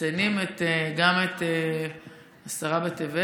מציינים את גם את עשרה בטבת,